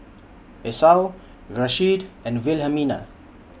Esau Rasheed and Wilhelmina